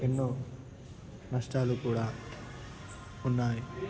ఎన్నో నష్టాలు కూడా ఉన్నాయి